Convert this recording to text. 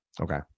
Okay